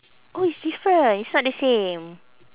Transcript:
oh it's different it's not the same